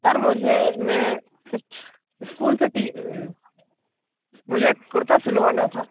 sir मुझे मैं school से टी मुझे कुर्ता सिलवाना था